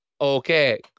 Okay